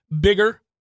bigger